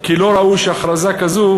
כי לא ראוי שהכרזה כזו,